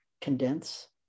condense